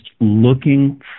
looking